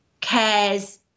cares